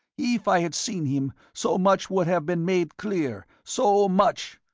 if i had seen him, so much would have been made clear, so much!